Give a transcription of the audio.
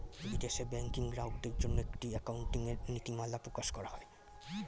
বিদেশে ব্যাংকিং গ্রাহকদের জন্য একটি অ্যাকাউন্টিং এর নীতিমালা প্রকাশ করা হয়